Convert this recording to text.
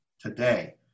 today